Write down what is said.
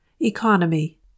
Economy